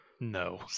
No